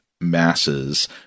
masses